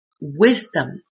wisdom